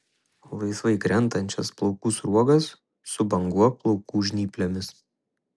laisvai krentančias plaukų sruogas subanguok plaukų žnyplėmis